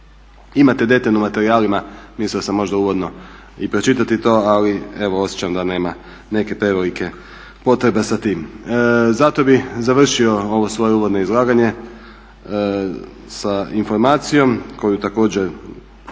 Imate detaljno u materijalima, mislio sam uvodno i pročitati to, ali osjećam da nema neke prevelike potrebe za tim. Zato bih završio ovo svoje uvodno izlaganje sa informacijom koju također